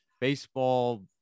baseball